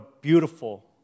beautiful